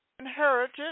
inherited